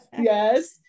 Yes